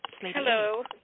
Hello